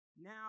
Now